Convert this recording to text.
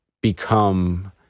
become